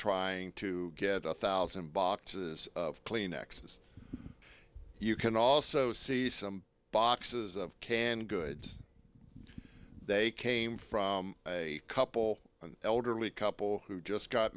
trying to get a thousand boxes of kleenex you can also see some boxes of canned goods they came from a couple an elderly couple who just got